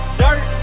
dirt